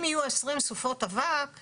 אם יהיו 20 סופות אבק,